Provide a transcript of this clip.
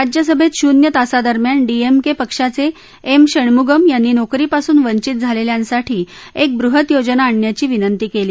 राज्यसभेत शून्य तासादरम्यान डीएमके पक्षाचे एम शणम्गम यांनी नोकरीपासून वंचित झालेल्यांसाठी एक बृहत योजना आणण्याची विनंती केली